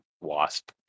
Wasp